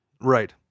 Right